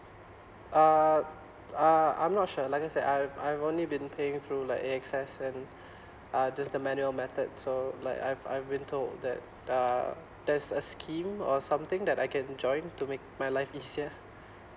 uh uh I'm not sure like I said I I've only been paying through like A_X_S and uh just the manual method so like I've I've been told that uh there's a scheme or something that I can join to make my life easier